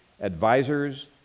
advisors